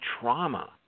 trauma